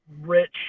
rich